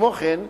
כמו כן,